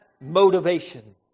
Motivation